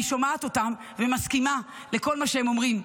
אני שומעת אותם ומסכימה לכל מה שהם אומרים.